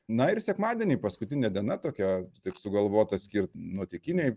na ir sekmadienį paskutinė diena tokia tik sugalvota skirti nuotykinei